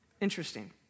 Interesting